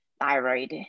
thyroid